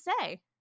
say